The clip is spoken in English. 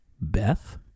Beth